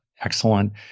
Excellent